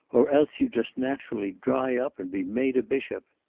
or else you'd just naturally dry up and be made a bishop.